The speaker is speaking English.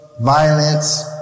violence